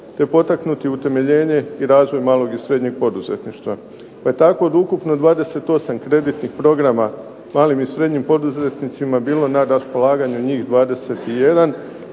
te potaknuti utemeljenje i razvoj malog i srednjeg poduzetništva. Tako od ukupno 28 kreditnih programa malim i srednjim poduzetnicima bilo na raspolaganju njih 21,